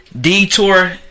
Detour